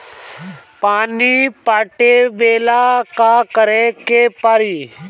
पानी पटावेला का करे के परी?